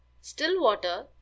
Stillwater